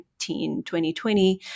2020